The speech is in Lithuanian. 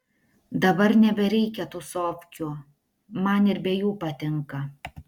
dabar nebereikia tūsovkių man ir be jų patinka